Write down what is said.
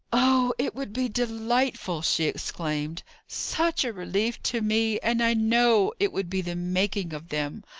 oh, it would be delightful! she exclaimed. such a relief to me! and i know it would be the making of them.